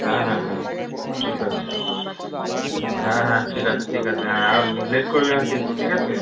হ্যাঁ হ্যাঁ হ্যাঁ ঠিক আছে হ্যাঁ হ্যাঁ ঠিক আছে ঠিক আছে হ্যাঁ আর লেট করবি না কিন্তু ঠিক আছে